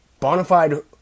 bonafide